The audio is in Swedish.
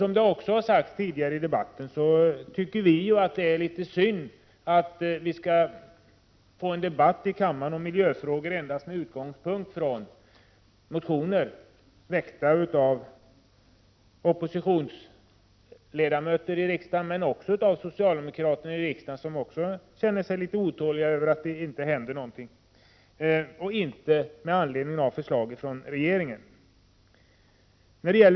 Som redan sagts tidigare i debatten tycker vi att det är litet synd att vi skall debattera miljöfrågor endast med utgångspunkt i motioner väckta av oppositionsledamöter men också av socialdemokrater i riksdagen som känner sig otåliga över att det inte hänt någonting, och inte med anledning av förslag från regeringen.